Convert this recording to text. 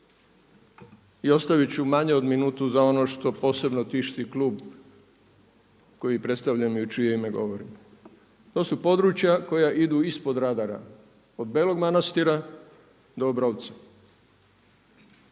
I ostavit ću manje od minutu za ono što posebno tišti klub koji predstavljam i u čije ime govorim. To su područja koja idu ispod radara, od Belog Manastira do Obrovca